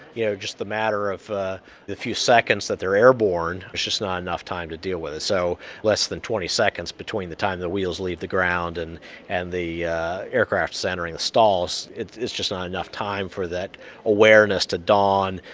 you know, just the matter of ah the few seconds that they're airborne, there's just not enough time to deal with it. so less than twenty seconds between the time the wheels leave the ground and and the aircraft centering the stalls it's it's just not enough time for that awareness to dawn,